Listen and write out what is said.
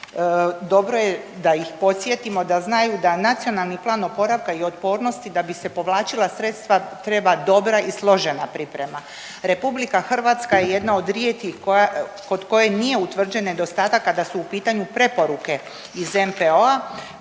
dobro je da ih podsjetimo da znaju da NPOO da bi se povlačila sredstva treba dobra i složena priprema. RH je jedna od rijetkih koja, kod koje nije utvrđen nedostatak kada su u pitanju preporuke iz NPOO-a.